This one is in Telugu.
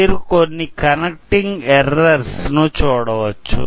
మీరు కొన్ని కనెక్టింగ్ ఎర్రర్స్ ను చూడవచ్చు